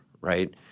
right